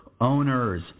owners